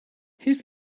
hilf